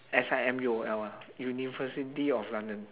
S_I_M U_O_L ah university of london